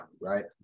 right